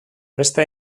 beste